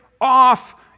off